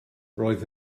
roedd